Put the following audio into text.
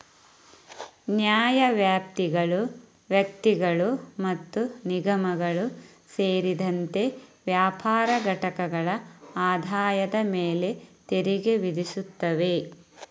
ನ್ಯಾಯವ್ಯಾಪ್ತಿಗಳು ವ್ಯಕ್ತಿಗಳು ಮತ್ತು ನಿಗಮಗಳು ಸೇರಿದಂತೆ ವ್ಯಾಪಾರ ಘಟಕಗಳ ಆದಾಯದ ಮೇಲೆ ತೆರಿಗೆ ವಿಧಿಸುತ್ತವೆ